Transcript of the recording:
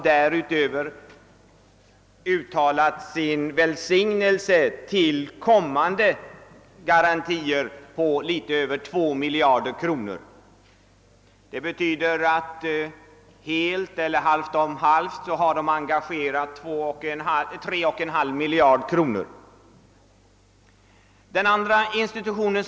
Därutöver har man givit kommande garantier på något över 2 miljarder kronor sin välsignelse. Helt och halvt om halvt har man alltså engagerat sig för garantier omfattande 3,5 miljarder kronor.